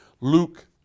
Luke